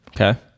Okay